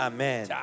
Amen